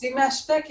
לשיקום האסיר.